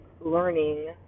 learning